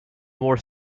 more